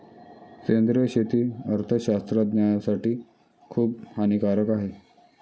सेंद्रिय शेती अर्थशास्त्रज्ञासाठी खूप हानिकारक आहे